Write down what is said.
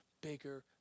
bigger